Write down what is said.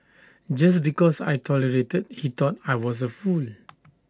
just because I tolerated he thought I was A fool